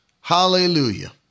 hallelujah